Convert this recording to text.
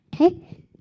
okay